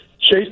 Chase